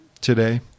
today